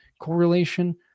correlation